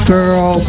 Girl